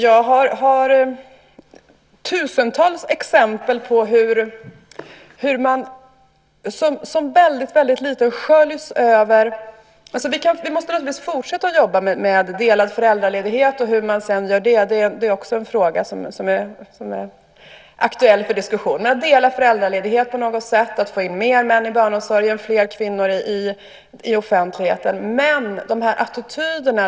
Jag har tusentals exempel på hur man som väldigt liten blir översköljd av detta. Vi måste fortsätta att jobba med delad föräldraledighet. Hur man sedan gör det är en fråga som är aktuell för diskussion. Man måste dela föräldraledighet på något sätt och få in fler män i barnomsorgen och fler kvinnor i offentligheten. Men det gäller också attityderna.